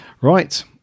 Right